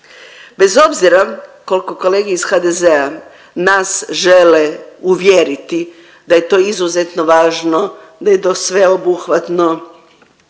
Bez obzira kolko kolege iz HDZ-a nas žele uvjeriti da je to izuzetno važno, da je to sveobuhvatno,